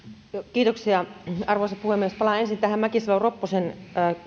arvoisa puhemies palaan ensin tähän mäkisalo ropposen